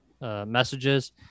Messages